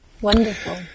Wonderful